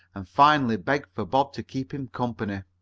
and finally begged for bob to keep him company.